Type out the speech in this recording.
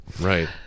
Right